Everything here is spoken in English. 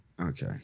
Okay